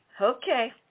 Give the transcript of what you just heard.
Okay